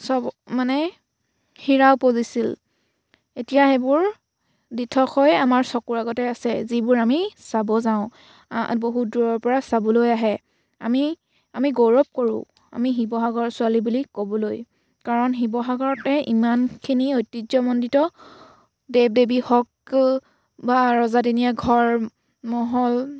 সব মানে হীৰা ওপজিছিল এতিয়া সেইবোৰ দিঠক হৈ আমাৰ চকুৰ আগতে আছে যিবোৰ আমি চাব যাওঁ বহুত দূৰৰ পৰা চাবলৈ আহে আমি আমি গৌৰৱ কৰোঁ আমি শিৱসাগৰৰ ছোৱালী বুলি ক'বলৈ কাৰণ শিৱসাগৰতে ইমানখিনি ঐতিহ্যমণ্ডিত দেৱ দেৱী হওক বা ৰজাদিনীয়া ঘৰ মহল